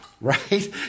right